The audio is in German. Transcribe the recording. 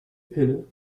pille